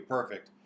Perfect